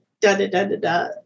da-da-da-da-da